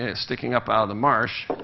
ah sticking up out of the marsh.